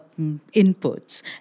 inputs